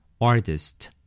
Artist